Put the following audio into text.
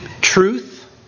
Truth